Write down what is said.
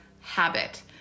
habit